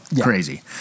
crazy